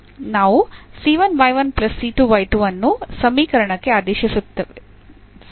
ನಾವು ಅನ್ನು ಸಮೀಕರಣಕ್ಕೆ ಆದೇಶಿಸುತ್ತದೆ